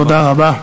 תודה רבה.